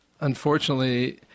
unfortunately